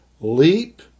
Leap